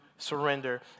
Surrender